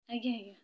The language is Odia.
ଆଜ୍ଞା ଆଜ୍ଞା